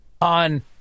on